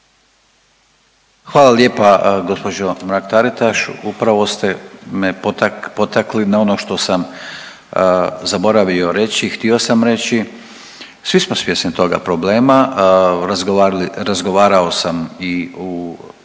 Hvala lijepa gđo. Mrak-Taritaš. Upravo ste me potakli na ono što sam zaboravio reći, htio sam reći. Svi smo svjesni toga problema. Razgovarao sam i u,